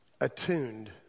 attuned